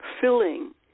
filling